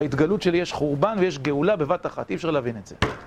ההתגלות של "יש חורבן ויש גאולה בבת אחת", אי אפשר להבין את זה.